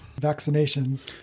vaccinations